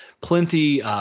plenty